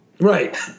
Right